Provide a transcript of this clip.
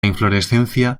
inflorescencia